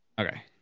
Okay